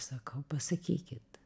sakau pasakykit